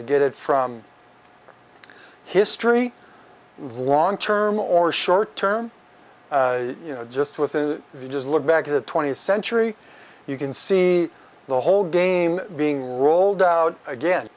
to get it from history long term or short term you know just within the just look back to the twentieth century you can see the whole game being rolled out again